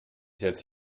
setze